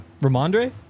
Ramondre